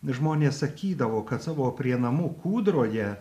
žmonės sakydavo kad savo prie namų kūdroje